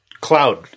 Cloud